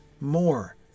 more